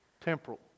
temporal